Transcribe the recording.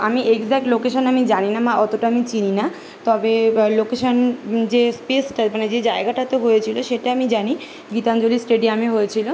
আমি exact location আমি জানি না মা অতটা আমি চিনি না তবে লোকেশান যে স্পেসটা মানে যেই জায়গাটাতে হয়েছিল সেটা আমি জানি গীতাঞ্জলি স্টেডিয়ামে হয়েছিল